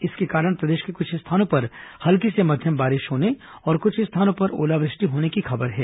इसके कारण प्रदेश के कुछ स्थानों पर हल्की से मध्यम बारिश होने और कुछ स्थानों पर ओलावृष्टि होने की खबर है